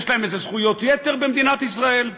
יש להם איזה זכויות יתר במדינת ישראל?